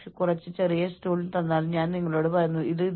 ഒരു കൊച്ചുകുട്ടി കരയുന്നത് കണ്ടാൽ നിങ്ങൾ അവരോടൊപ്പം കരയും